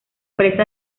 presa